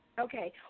Okay